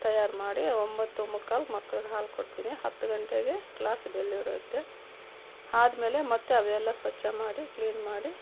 ತಯಾರು ಮಾಡಿ ಒಂಬತ್ತು ಮುಕ್ಕಾಲ್ಗೆ ಮಕ್ಳಿಗೆ ಹಾಲು ಕೊಡ್ತೀನಿ ಹತ್ತು ಗಂಟೆಗೆ ಕ್ಲಾಸ್ ಬೆಲ್ ಇಡುತ್ತೆ ಆದಮೇಲೆ ಮತ್ತೆ ಅವೆಲ್ಲ ಸ್ವಚ್ಛ ಮಾಡಿ ಕ್ಲೀನ್ ಮಾಡಿ